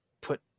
put